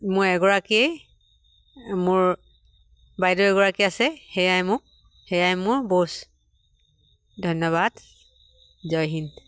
মই এগৰাকীয়ে মোৰ বাইদেউ এগৰাকী আছে সেয়াই মোক সেয়াই মোৰ বছ ধন্যবাদ জয় হিন্দ